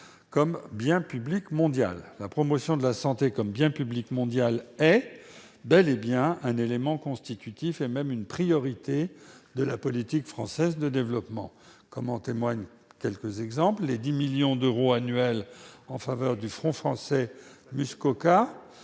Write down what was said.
comme bien public mondial. La promotion de la santé comme bien public mondial « est » bel et bien un élément constitutif et même une priorité de la politique française de développement. J'en citerai quelques exemples : les 10 millions d'euros annuels donnés au Fonds français Muskoka,